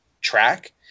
track